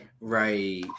Right